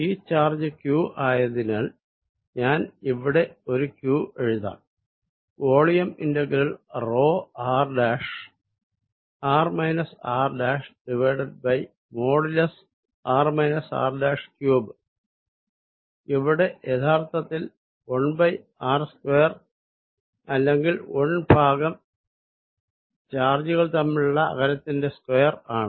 ഈ charge q ആയതിനാൽ ഞാൻ ഇവിടെ ഒരു q എഴുതാം volume integral rho r r r|r r3| ഇവിടെ യഥാർത്ഥത്തിൽ 1r സ്ക്വയർ അല്ലെങ്കിൽ 1 ഭാഗം ചാജുകൾ തമ്മിലുള്ള അകലത്തിന്റെ സ്ക്വയർ ആണ്